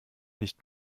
nicht